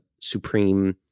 supreme